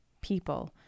people